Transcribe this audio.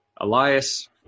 Elias